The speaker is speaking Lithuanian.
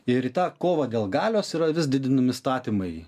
ir į tą kovą dėl galios yra vis didinami statymai